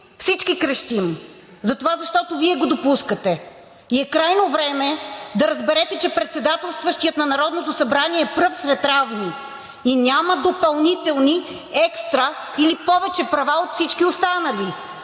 всички крещим, затова защото Вие го допускате и е крайно време да разберете, че председателстващият на Народното събрание е пръв сред равни и няма допълнителни екстри или повече права от всички останали.